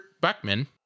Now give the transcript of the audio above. Buckman